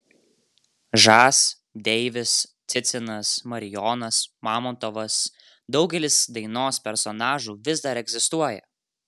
žas deivis cicinas marijonas mamontovas daugelis dainos personažų vis dar egzistuoja